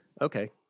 Okay